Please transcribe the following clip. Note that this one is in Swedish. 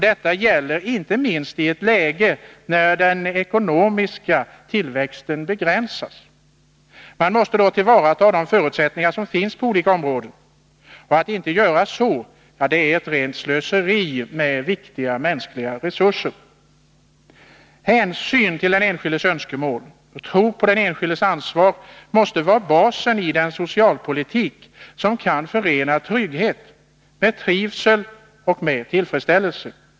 Detta gäller inte minst i ett läge när den ekonomiska tillväxten begränsas. Man måste då tillvarata de förutsättningar som finns på olika områden; att inte göra så är ett rent slöseri med viktiga mänskliga resurser. Hänsyn till den enskildes önskemål och tro på den enskildes ansvar måste vara basen för den socialpolitik som kan förena trygghet med trivsel och tillfredsställelse.